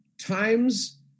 times